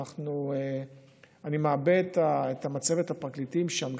אני מעבה את מצבת הפרקליטים שם,